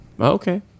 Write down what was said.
Okay